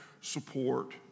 support